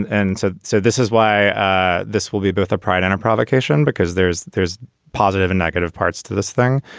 and so so this is why ah this will be both a pride and a provocation, because there's there's positive and negative parts to this thing.